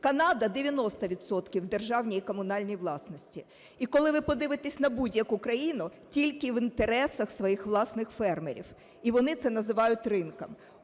Канада – 90 відсотків у державній і комунальній власності. І коли ви подивитесь на будь-яку країну – тільки в інтересах своїх власних фермерів, і вони це називають ринком.